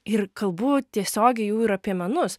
ir kalbu tiesiogiai jau ir apie menus